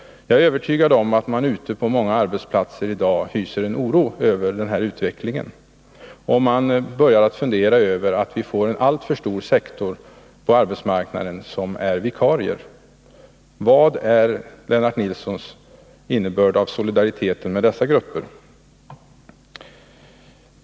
Jag är övertygad om att man ute på många arbetsplatser i dag hyser oro över utvecklingen och börjar fundera över om vi inte får en alltför stor sektor på arbetsmarknaden som är vikarier. Vad är enligt Lennart Nilsson innebörden av solidariteten med dessa grupper?